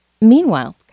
Meanwhile